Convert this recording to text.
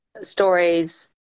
stories